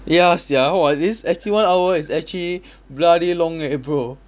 ya sia !whoa! this actually one hour is actually bloody long eh bro